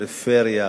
פריפריה,